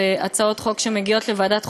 בהצעות חוק שמגיעות לוועדת חוקה,